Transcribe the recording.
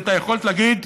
זה את היכולת להגיד: